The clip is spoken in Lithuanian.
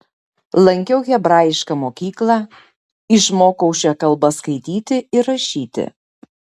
lankiau hebrajišką mokyklą išmokau šia kalba skaityti ir rašyti